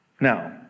Now